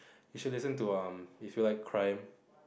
you should listen to um if you like crime